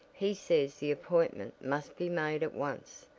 he says the appointment must be made at once,